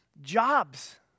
Jobs